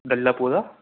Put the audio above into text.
للا پورہ